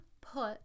put